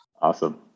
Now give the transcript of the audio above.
awesome